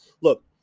Look